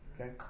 Okay